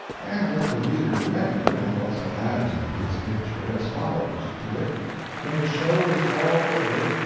and let the reader remember, and also add to his picture, as follows, to wit when the show was all over,